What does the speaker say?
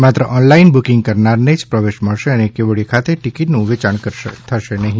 માત્ર online booking કરનારને જ પ્રવેશ મળશે અને કેવડીયા ખાતે ટિકિટ નું વેચાણ કરશે નહીં